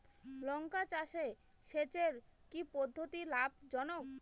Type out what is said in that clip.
লঙ্কা চাষে সেচের কি পদ্ধতি লাভ জনক?